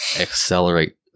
accelerate